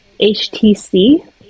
HTC